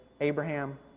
Abraham